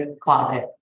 closet